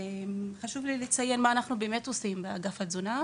חשוב לי לציין גם מה אנחנו באמת עושים באגף התזונה.